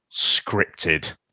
scripted